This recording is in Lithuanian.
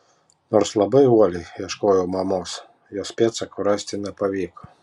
nors labai uoliai ieškojau mamos jos pėdsakų rasti nepavyko